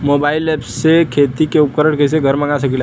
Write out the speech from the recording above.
Mobile ऐपसे खेती के उपकरण कइसे घर मगा सकीला?